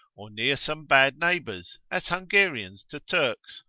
or near some bad neighbours, as hungarians to turks,